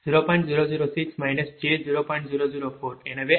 005 j0